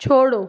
छोड़ो